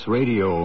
Radio